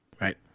Right